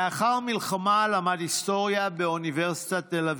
לאחר המלחמה למד היסטוריה באוניברסיטת תל אביב.